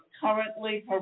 currently